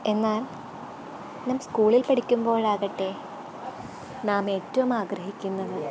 എന്നാൽ നാം സ്കൂളിൽ പഠിക്കുമ്പോഴാകട്ടെ നാം ഏറ്റവും ആഗ്രഹിക്കുന്നത്